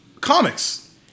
Comics